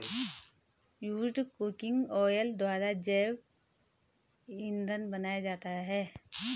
used cooking oil द्वारा जैव इंधन बनाया जाता है